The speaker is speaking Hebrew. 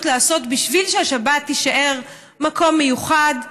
לעשות בשביל שהשבת תישאר מקום מיוחד,